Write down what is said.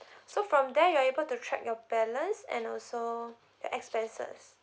so from there you're able to track your balance and also your expenses